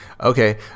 Okay